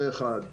זה אחד.